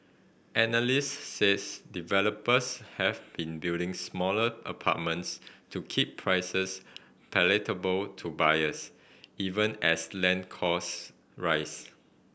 analysts says developers have been building smaller apartments to keep prices palatable to buyers even as land costs rise